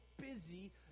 busy